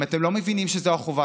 אם אתם לא מבינים שזו החובה